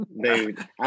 Dude